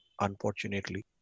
unfortunately